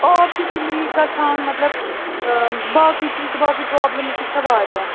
آب تہِ چھِ لیٖک گژھان مطلب باقٕے چیٖز تہِ باقٕے پرٛابلِمٕس تہِ چھَ واریاہ